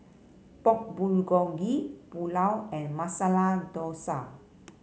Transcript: Pork Bulgogi Pulao and Masala Dosa